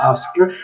Oscar